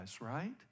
right